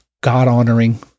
God-honoring